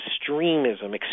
extremism